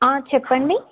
చెప్పండి